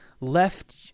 left